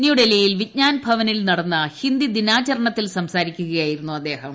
ന്യൂഡൽഹി വിജ്ഞാൻ ഭവനിൽ നടന്ന ഹീന്ദി ദിനാചരണത്തിൽ സംസാരിക്കുകയായിരുന്നു അദ്ദേഹം